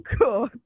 cool